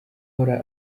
uhora